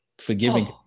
forgiving